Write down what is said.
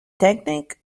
tècnic